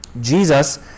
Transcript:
jesus